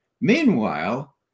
Meanwhile